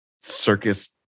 circus